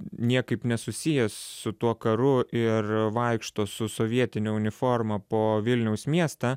niekaip nesusijęs su tuo karu ir vaikšto su sovietine uniforma po vilniaus miestą